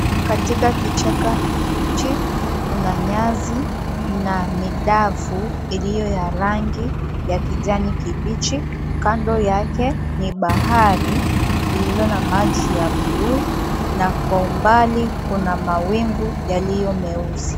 Katika kichaka hichi, kuna nyasi na midafu iliyo ya rangi ya kijani kibichi. Kando yake ni bahari lililo na maji ya blue na kwa umbali kuna mawingu yaliyo meusi.